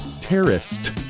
terrorist